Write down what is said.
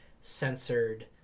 censored